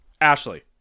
ashley